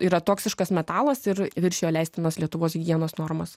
yra toksiškas metalas ir viršijo leistinas lietuvos higienos normas